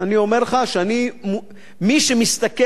אני אומר לך שמי שמסתכל,